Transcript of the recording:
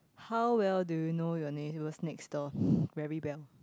how well do you know your neighbours next door very well